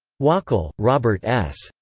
wachal, robert s.